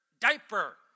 diaper